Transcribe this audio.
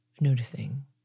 noticing